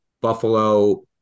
Buffalo